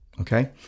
okay